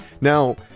Now